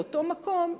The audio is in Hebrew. באותו מקום,